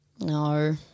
No